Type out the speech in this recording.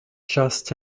just